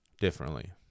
Differently